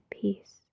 peace